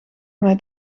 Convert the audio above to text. mij